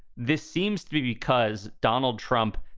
this seems to be because donald trump.